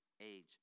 age